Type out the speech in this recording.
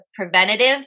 preventative